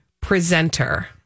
presenter